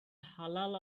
halal